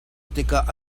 tikah